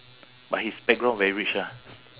but his background very rich ah